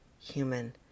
human